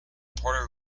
puerto